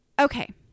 Okay